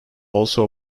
also